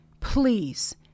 please